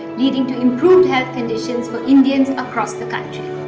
leading to improved health conditions for indians across the country.